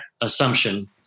assumption